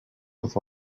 with